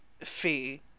Fee